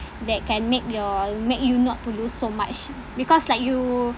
that can make your make you not to lose so much because like you